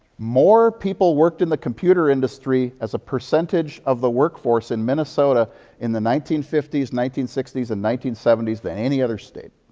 more people worked in the computer industry as a percentage of the workforce in minnesota in the nineteen fifty s, nineteen sixty s and nineteen seventy s than any other state.